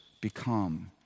become